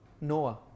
Noah